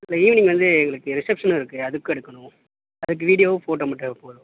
இல்லை ஈவினிங் வந்து எங்களுக்கு ரிசப்ஷன் இருக்கு அதுக்கும் எடுக்கணும் அதுக்கு வீடியோ ஃபோட்டோ மட்டும் போதும்